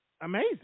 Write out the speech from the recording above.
amazing